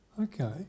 Okay